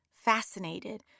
fascinated